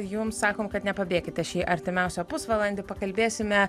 jums sakom kad nepabėkite šį artimiausią pusvalandį pakalbėsime